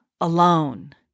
alone